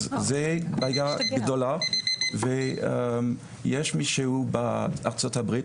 אז זה היה גדול ויש מישהו בארצות הברית,